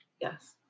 Yes